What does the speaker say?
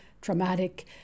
traumatic